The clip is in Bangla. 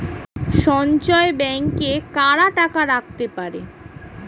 সঞ্চয় ব্যাংকে কারা টাকা রাখতে পারে?